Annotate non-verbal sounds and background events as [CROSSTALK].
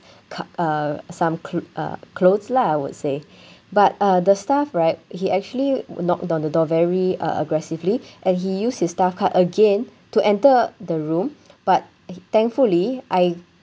cov~ uh some clo~ uh clothes lah I would say [BREATH] but uh the staff right he actually knocked on the door very uh aggressively and he used his staff card again to enter the room but he thankfully I